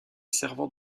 servant